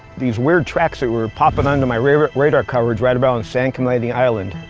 these weird tracks that were popping under my radar radar coverage right around san clemente island.